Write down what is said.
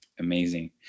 Amazing